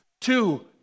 Two